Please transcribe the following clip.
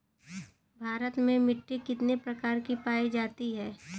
भारत में मिट्टी कितने प्रकार की पाई जाती हैं?